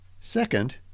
Second